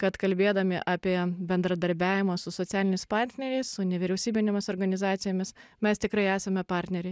kad kalbėdami apie bendradarbiavimą su socialiniais partneriais su nevyriausybinėmis organizacijomis mes tikrai esame partneriai